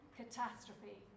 catastrophe